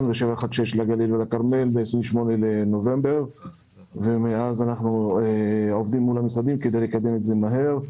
ו-716 לגליל ולכרמל מאז אנחנו עובדים מול המשרדים כדי לקדם את זה מהר.